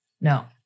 No